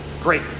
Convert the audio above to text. great